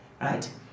right